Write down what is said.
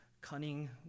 cunning